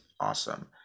awesome